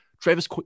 Travis